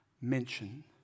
mention